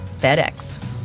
FedEx